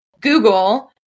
Google